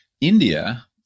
India